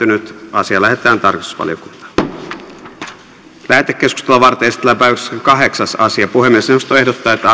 asia lähetetään tarkastusvaliokuntaan lähetekeskustelua varten esitellään päiväjärjestyksen kahdeksas asia puhemiesneuvosto ehdottaa että